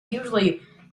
usually